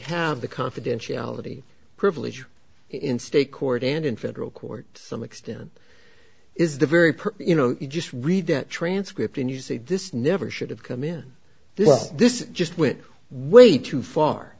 have the confidentiality privilege in state court and in federal court some extent is the very you know you just read that transcript and you see this never should have come in this just went way too far